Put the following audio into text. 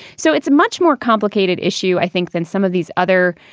so it's much more complicated issue, i think, than some of these other.